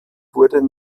wurde